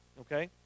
okay